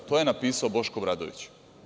To je napisao Boško Obradović.